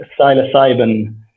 psilocybin